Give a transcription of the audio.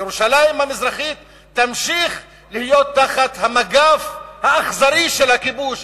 ירושלים המזרחית תמשיך להיות תחת המגף האכזרי של הכיבוש,